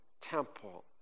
temple